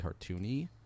cartoony